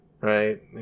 right